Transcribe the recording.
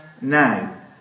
now